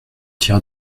tira